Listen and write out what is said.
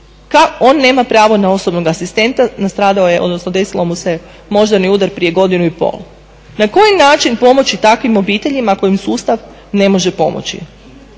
On nema pravo na osobnog asistenta, nastradao je odnosno desio mu se moždani udar prije godinu i pol. Na koji način pomoći takvim obiteljima kojima sustav ne može pomoći?